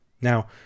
Now